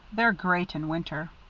they're great in winter.